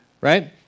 right